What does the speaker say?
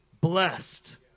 blessed